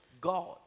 God